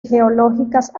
geológicas